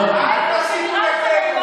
רבותיי, תודה רבה.